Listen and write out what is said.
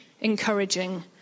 encouraging